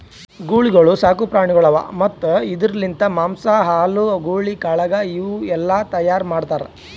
ಗೂಳಿಗೊಳ್ ಸಾಕು ಪ್ರಾಣಿಗೊಳ್ ಅವಾ ಮತ್ತ್ ಇದುರ್ ಲಿಂತ್ ಮಾಂಸ, ಹಾಲು, ಗೂಳಿ ಕಾಳಗ ಇವು ಎಲ್ಲಾ ತೈಯಾರ್ ಮಾಡ್ತಾರ್